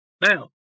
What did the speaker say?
Now